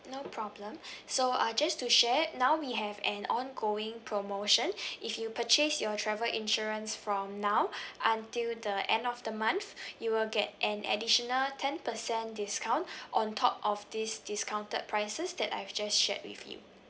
no problem so uh just to share now we have an ongoing promotion if you purchase your travel insurance from now until the end of the month you will get an additional ten percent discount on top of this discounted prices that I've just shared with you